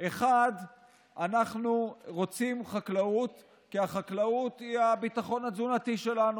1. אנחנו רוצים חקלאות כי החקלאות היא הביטחון התזונתי שלנו,